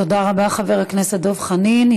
תודה רבה, חבר הכנסת דב חנין.